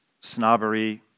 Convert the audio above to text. snobbery